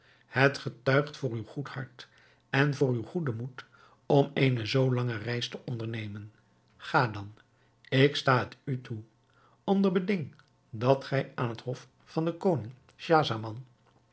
het getuigt voor uw goed hart en voor uwen moed om eene zoo lange reis te ondernemen ga dan ik sta het u toe onder beding dat gij aan het hof van den koning